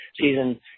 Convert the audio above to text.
season